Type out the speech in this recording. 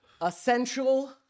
Essential